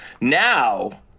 Now